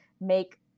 make